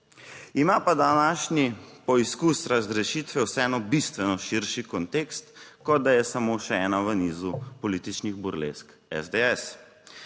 Ima pa današnji poizkus razrešitve vseeno bistveno širši kontekst, kot da je samo še ena v nizu političnih burlesk SDS.